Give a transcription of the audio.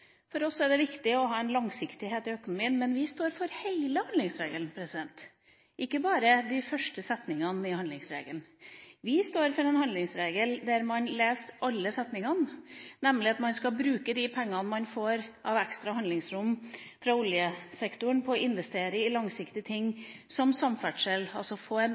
For oss er det viktig å ha en langsiktighet i økonomien. Men vi står for hele handlingsregelen, ikke bare de første setningene i handlingsregelen. Vi står for en handlingsregel der man leser alle setningene, nemlig at man skal bruke de pengene man får av ekstra handlingsrom fra oljesektoren, på å investere i langsiktige ting som samferdsel – altså